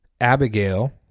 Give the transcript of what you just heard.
Abigail